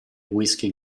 whisky